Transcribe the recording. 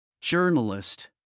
Journalist